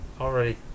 already